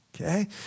okay